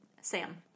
Sam